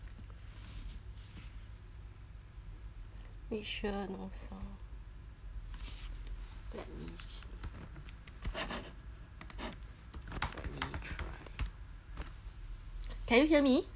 make sure no sound let me let me try can you hear me